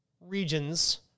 regions